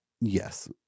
Yes